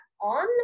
on